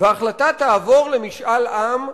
וההחלטה תעבור למשאל עם שבו,